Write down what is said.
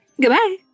Goodbye